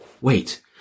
wait